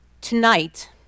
Tonight